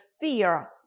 fear